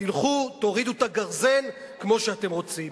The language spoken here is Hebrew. תלכו, תורידו את הגרזן כמו שאתם רוצים.